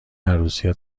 عروسی